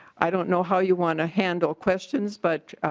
i don't know how you want to handle questions but